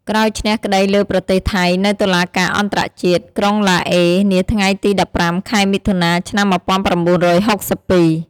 ក្រោយឈ្នះក្តីលើ ប្រទេសថៃ នៅតុលាការអន្តរជាតិ ក្រុងឡាអេ នាថ្ងៃទី ១៥ ខែមិថុនា ឆ្នាំ១៩៦២។